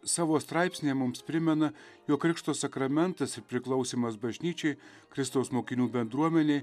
savo straipsnyje mums primena jog krikšto sakramentas ir priklausymas bažnyčiai kristaus mokinių bendruomenei